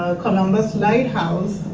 columbus lighthouse.